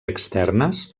externes